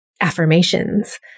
affirmations